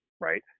right